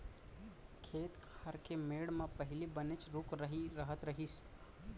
खेत खार के मेढ़ म पहिली बनेच रूख राई रहत रहिस